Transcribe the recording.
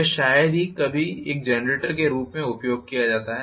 यह शायद ही कभी एक जनरेटर के रूप में उपयोग किया जाता है